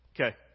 Okay